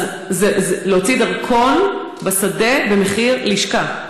אז להוציא דרכון בשדה במחיר לשכה.